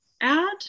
add